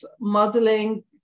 modeling